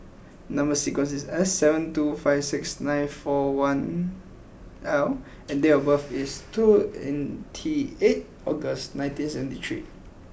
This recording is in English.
number sequence is S seven two five six nine four one L and date of birth is two twenty eight August nineteen seventy three